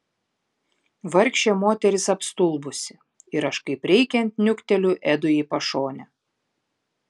vargšė moteris apstulbusi ir aš kaip reikiant niukteliu edui į pašonę